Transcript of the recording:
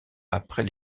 après